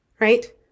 right